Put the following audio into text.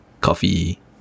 coffee